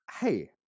hey